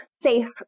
safe